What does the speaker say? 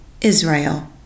Israel